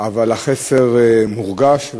אבל החסר מורגש,